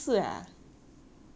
这样久了 ah